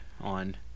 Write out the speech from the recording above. on